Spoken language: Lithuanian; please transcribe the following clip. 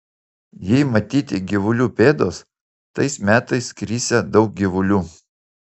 jei matyti gyvulių pėdos tais metais krisią daug gyvulių